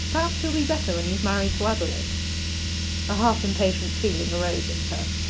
perhaps he'll be better when he's married to adelaide a half-impatient feeling arose in her,